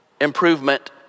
improvement